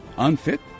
unfit